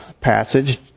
passage